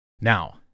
Now